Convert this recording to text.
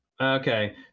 okay